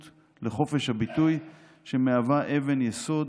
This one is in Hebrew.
החוקתית לחופש הביטוי שמהווה אבן יסוד